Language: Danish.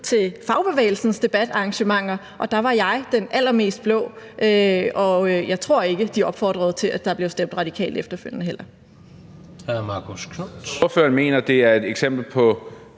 til fagbevægelsens debatarrangementer, og dér var jeg den allermest blå, og jeg tror ikke, de opfordrede til, at der blev stemt radikalt efterfølgende. Kl.